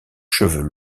cheveux